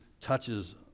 touches